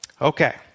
Okay